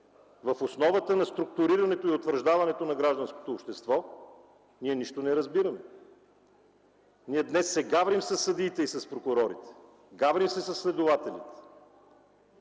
в основата на структурирането и утвърждаването на гражданското общество, ние нищо не разбираме! Ние днес се гаврим със съдиите и с прокурорите! Гаврим се със следователите!